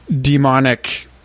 demonic